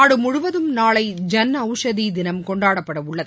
நாடு முழுவதும் நாளை ஜன் ஔஷத் தினம் கொண்டாடப்படவுள்ளது